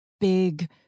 big